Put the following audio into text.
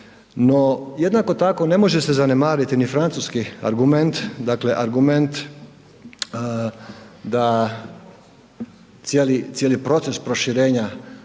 jednako tako ne može se zanemariti ni francuski argument, dakle argument da cijeli proces proširenja